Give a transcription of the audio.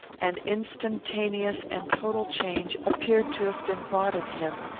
an instantaneous and total change appeared to have been wrought in him.